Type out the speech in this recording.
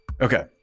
Okay